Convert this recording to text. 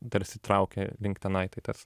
tarsi traukia link tenai tai tas